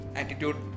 attitude